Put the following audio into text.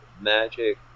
magic